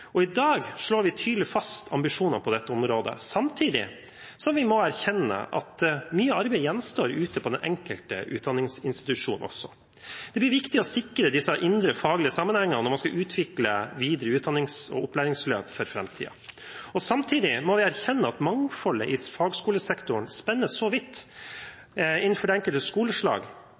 I dag slår vi tydelig fast ambisjonene for dette området, samtidig som vi må erkjenne at mye arbeid gjenstår ute på den enkelte utdanningsinstitusjon. Det blir viktig å sikre disse indre faglige sammenhengene når man skal utvikle videre utdannings- og opplæringsløp for framtiden. Samtidig må vi erkjenne at mangfoldet i fagskolesektoren spenner så vidt innenfor det enkelte skoleslag